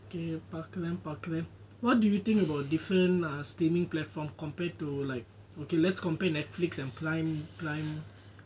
okay பார்க்கலாம்பாக்குறேன்:parkalam pakuren what do you think about ah different streaming platform compared to like like okay let's compare netflix and prime prime